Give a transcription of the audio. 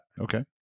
okay